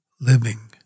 living